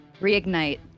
Reignite